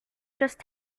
just